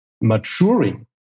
maturing